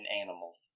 animals